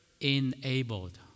enabled